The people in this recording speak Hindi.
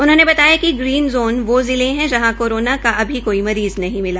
उन्होंने बताया कि ग्रीन जोन वो जिले है जहां कोरोना का अभी कोई मरीज़ नहीं मिला